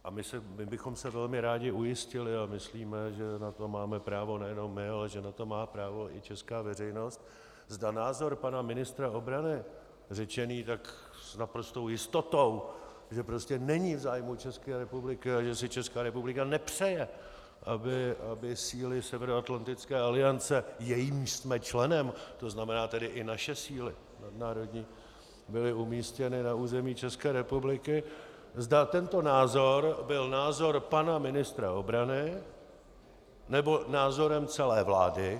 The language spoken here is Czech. A my bychom se velmi rádi ujistili, a myslíme, že na to mámo právo nejenom my, ale že na to má právo i česká veřejnost, zda názor pana ministra obrany, řečený tak s naprostou jistotou, že prostě není v zájmu České republiky a že si Česká republika nepřeje, aby síly Severoatlantické aliance, jejímž jsme členem, to znamená tedy i naše nadnárodní síly, byly umístěny na území České republiky, zda tento názor byl názor pana ministra obrany, nebo názor celé vlády.